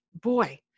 boy